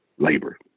labor